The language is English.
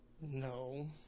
No